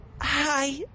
Hi